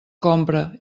compra